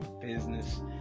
business